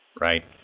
Right